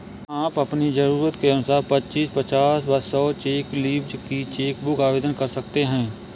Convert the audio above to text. आप अपनी जरूरत के अनुसार पच्चीस, पचास व सौ चेक लीव्ज की चेक बुक आवेदन कर सकते हैं